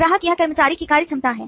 ग्राहक यह कर्मचारी की कार्य क्षमता है